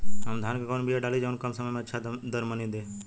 हम धान क कवन बिया डाली जवन कम समय में अच्छा दरमनी दे?